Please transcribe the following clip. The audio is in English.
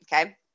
Okay